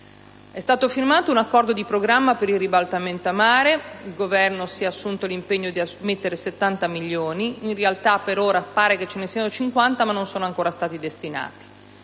è stato firmato un accordo di programma per il «ribaltamento a mare» e, il Governo si è assunto l'impegno di versare 70 milioni; in realtà, per ora, pare che ne siano disponibili solo 50 che non sono ancora stati destinati,